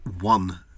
one